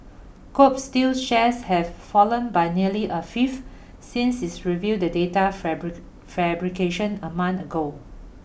Kobe Steel's shares have fallen by nearly a fifth since is revealed the data fabric fabrication a month ago